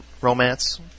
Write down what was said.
romance